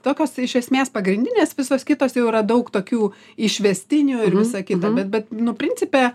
tokios iš esmės pagrindinės visos kitos jau yra daug tokių išvestinių ir visa kita bet bet nu principe